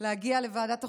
להגיע לוועדת החוקה,